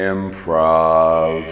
Improv